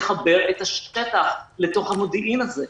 לחבר את השטח לתוך המודיעין הזה.